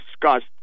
discussed